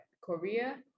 Korea